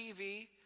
TV